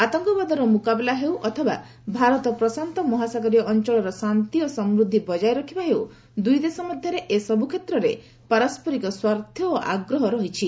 ଆତଙ୍କବାଦର ମୁକାବିଲା ହେଉ ଅଥବା ଭାରତ ପ୍ରଶାନ୍ତ ମହାସାଗରୀୟ ଅଞ୍ଚଳର ଶାନ୍ତି ଓ ସମୃଦ୍ଧି ବଜାୟ ରଖିବା ହେଉ ଦୁଇଦେଶ ମଧ୍ୟରେ ଏ ସବୁ କ୍ଷେତ୍ରରେ ପାରସ୍କରିକ ସ୍ୱାର୍ଥ ଓ ଆଗ୍ରହ ରହିଛି